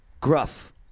Gruff